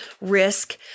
risk